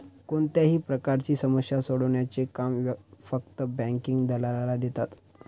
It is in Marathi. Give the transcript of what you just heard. कोणत्याही प्रकारची समस्या सोडवण्याचे काम फक्त बँकिंग दलालाला देतात